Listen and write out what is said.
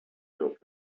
drop